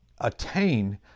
attain